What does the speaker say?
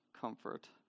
comfort